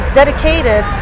dedicated